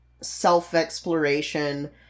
self-exploration